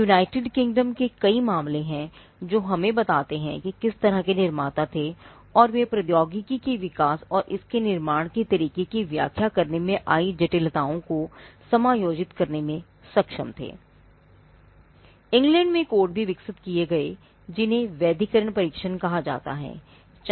United Kingdom भी विकसित किए गए जिन्हें वैधीकरण परीक्षण कहा जाता है